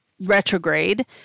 retrograde